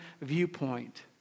viewpoint